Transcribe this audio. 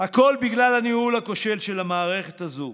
הכול בגלל הניהול הכושל של המערכת הזאת.